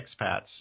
expats